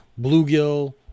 Bluegill